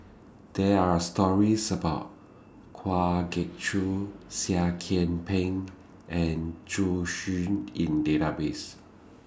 There Are stories about Kwa Geok Choo Seah Kian Peng and Zhu Xu in Database